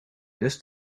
does